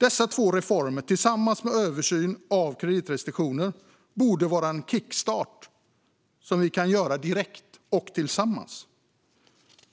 Dessa två reformer tillsammans med översyn av kreditrestriktioner borde vara en kickstart som vi kan göra direkt, och tillsammans,